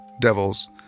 devils